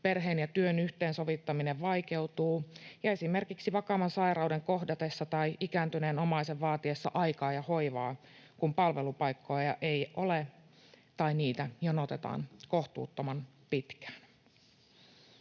perheen ja työn yhteensovittaminen vaikeutuu, ja esimerkiksi kun vakava sairaus kohtaa tai ikääntynyt omainen vaatii aikaa ja hoivaa, palvelupaikkoja ei ole tai niitä jonotetaan kohtuuttoman pitkään.